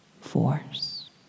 force